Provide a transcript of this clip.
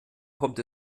kommt